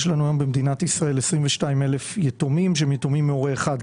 יש לנו היום במדינת ישראל 22,000 יתומים שהם יתומים מהורה אחד.